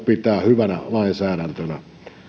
pitää hyvänä lainsäädäntönä esityksen